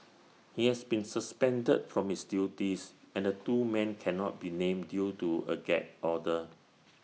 he has been suspended from his duties and the two men cannot be named due to A gag order